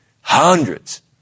Hundreds